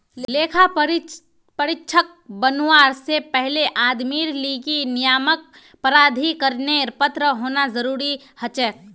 लेखा परीक्षक बनवा से पहले आदमीर लीगी नियामक प्राधिकरनेर पत्र होना जरूरी हछेक